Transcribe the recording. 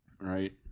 Right